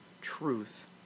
truth